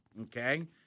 okay